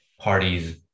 parties